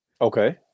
Okay